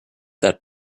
that